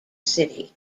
city